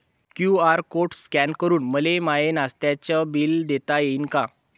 QR code scan करून मले माय नास्त्याच बिल देता येईन का?